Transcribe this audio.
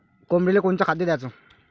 कोंबडीले कोनच खाद्य द्याच?